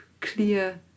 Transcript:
clear